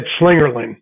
Slingerland